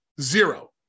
Zero